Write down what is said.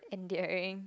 endearing